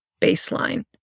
baseline